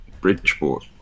Bridgeport